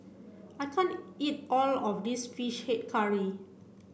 I can't eat all of this fish head curry